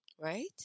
Right